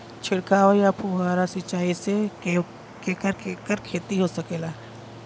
छिड़काव या फुहारा सिंचाई से केकर केकर खेती हो सकेला?